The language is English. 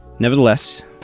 Nevertheless